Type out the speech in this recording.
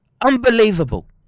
Unbelievable